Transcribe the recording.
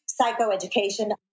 psychoeducation